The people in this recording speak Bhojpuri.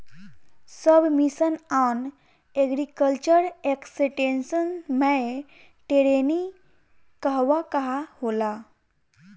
सब मिशन आन एग्रीकल्चर एक्सटेंशन मै टेरेनीं कहवा कहा होला?